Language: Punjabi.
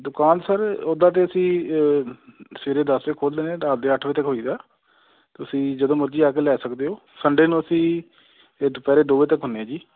ਦੁਕਾਨ ਸਰ ਉੱਦਾਂ ਤੇ ਅਸੀਂ ਸਵੇਰੇ ਦਸ ਵਜੇ ਖੋਲ ਲੈਂਦੇ ਹਾਂ ਰਾਤ ਦੇ ਅੱਠ ਵਜੇ ਤੱਕ ਹੋਈਦਾ ਤੁਸੀਂ ਜਦੋਂ ਮਰਜ਼ੀ ਆ ਕੇ ਲੈ ਸਕਦੇ ਹੋ ਸੰਡੇ ਨੂੰ ਅਸੀਂ ਇਹ ਦੁਪਹਿਰੇ ਦੋ ਵਜੇ ਤੱਕ ਹੁੰਦੇ ਹਾਂ ਜੀ